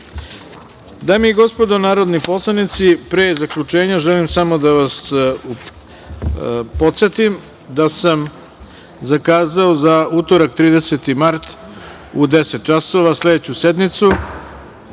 i gospodo narodni poslanici, pre zaključenja želim samo da vas podsetim da sam zakazao za utorak, 30 mart, u 10.00 časova sledeću sednicu:Prva